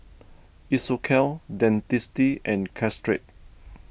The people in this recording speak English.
Isocal Dentiste and Caltrate